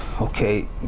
okay